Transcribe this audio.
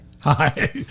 Hi